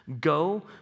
go